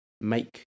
make